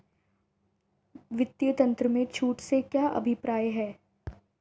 वित्तीय तंत्र में छूट से क्या अभिप्राय है?